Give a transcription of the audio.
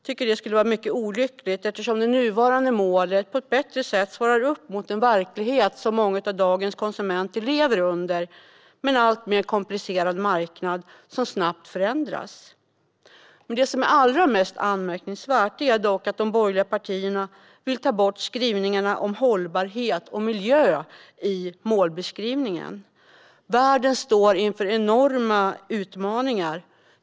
Det skulle vara mycket olyckligt eftersom det nuvarande målet bättre svarar upp mot den verklighet som dagens konsumenter lever under med en alltmer komplicerad marknad som snabbt förändras. Det som är mest anmärkningsvärt är dock att de borgerliga partierna vill ta bort skrivningarna om hållbarhet och miljö i målbeskrivningen. Världen står inför enorma utmaningar.